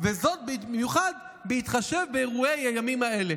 וזאת במיוחד בהתחשב באירועי הימים האלה".